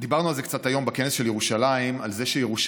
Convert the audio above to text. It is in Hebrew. והיום דיברנו קצת בכנס של ירושלים על זה שירושלים,